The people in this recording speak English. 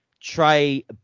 Trey